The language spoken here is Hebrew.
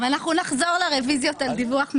נחזור לרוויזיות על דיווח מקוון.